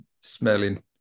smelling